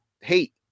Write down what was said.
hate